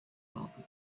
powerful